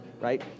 right